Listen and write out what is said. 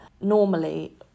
normally